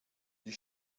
die